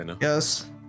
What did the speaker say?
Yes